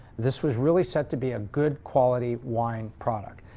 this was really set to be a good quality wine product.